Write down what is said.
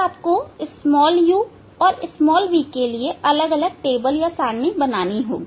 आपको uऔर v के लिए सारणी बनानी होगी